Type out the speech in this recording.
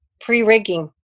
pre-rigging